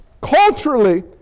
culturally